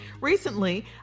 Recently